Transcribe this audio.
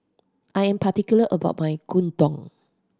I am particular about my Gyudon